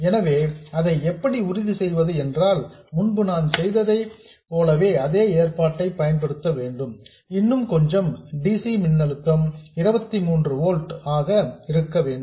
எனவே அதை எப்படி உறுதி செய்வது என்றால் முன்பு நான் செய்த அதே ஏற்பாட்டை பயன்படுத்த வேண்டும் இன்னும் கொஞ்சம் dc மின்னழுத்தம் 23 ஓல்ட்ஸ் ஆக இருக்க வேண்டும்